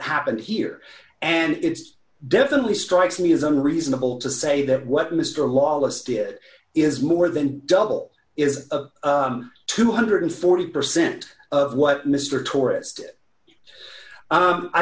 happened here and it's definitely strikes me as unreasonable to say that what mr lawless it is more than double is a two hundred and forty percent of what mr tourist i